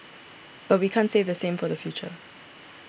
but we can't say the same for the future